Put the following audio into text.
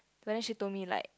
but then she told me like